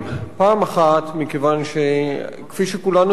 פעם אחת מכיוון שכפי שכולנו יודעים,